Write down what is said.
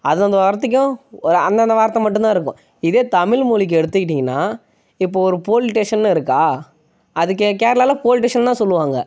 அது அந்த வார்த்தைக்கும் அந்தந்த வார்த்தை மட்டுந்தான் இருக்கும் இதே தமிழ் மொழிக்கு எடுத்துக்கிட்டிங்கனா இப்போது ஒரு போலிஸ் ஸ்டேஷன் இருக்கா அது கே கேரளாவில போலிஸ் ஸ்டேஷன்தான் சொல்வாங்க